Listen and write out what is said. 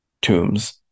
tombs